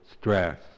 stress